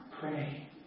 pray